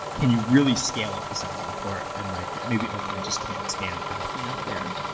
can you really scale up the size of the port? and like maybe oakland just can't expand fast enough there